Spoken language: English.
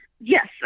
Yes